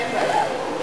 אין בעיה.